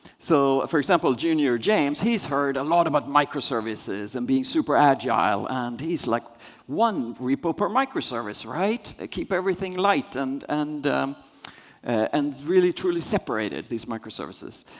so for example, junior james, he's heard a lot about microservices and being super agile, and he's like one repo per microservice, right? they keep everything light and and and really truly separated, these microservices.